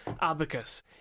abacus